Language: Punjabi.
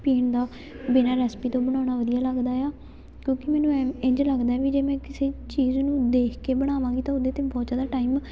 ਪੀਣ ਦਾ ਬਿਨਾਂ ਰੈਸਪੀ ਤੋਂ ਬਣਾਉਣਾ ਵਧੀਆ ਲੱਗਦਾ ਆ ਕਿਉਂਕਿ ਮੈਨੂੰ ਐਂ ਇੰਝ ਲੱਗਦਾ ਹੈ ਵੀ ਜੇ ਮੈਂ ਕਿਸੇ ਚੀਜ਼ ਨੂੰ ਦੇਖ ਕੇ ਬਣਾਵਾਂਗੀ ਤਾਂ ਉਹਦੇ 'ਤੇ ਬਹੁਤ ਜ਼ਿਆਦਾ ਟਾਈਮ